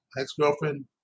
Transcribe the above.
ex-girlfriend